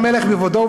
לא קראת אותי.